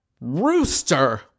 Rooster